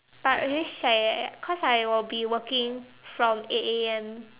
but very shag eh because I will be working from eight A_M